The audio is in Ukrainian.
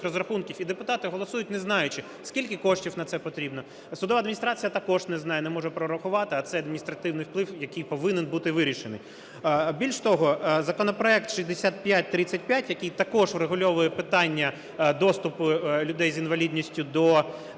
розрахунків, і депутати голосують, не знаючи, скільки коштів на це потрібно. А судова адміністрація також не знає, не може прорахувати, а це адміністративний вплив, який повинен бути вирішений. Більш того, законопроект 6535, який також врегульовує питання доступу людей з інвалідністю до